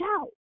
out